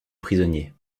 prisonnier